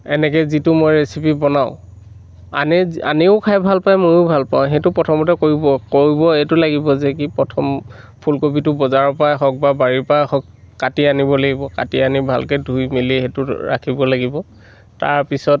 এনেকৈ যিটো মই ৰেচিপি বনাওঁ আনে আনেও খাই ভাল পায় মইও ভাল পাওঁ সেইটো প্ৰথমতে কৰিব এইটো লাগিব যে কি প্ৰথম ফুলকবিটো বজাৰৰ পৰাই হওক বা বাৰীৰ পৰাই হওক কাটি আনিব লাগিব কাটি আনি ভালকৈ ধুই মেলি সেইটো ৰাখিব লাগিব তাৰপিছত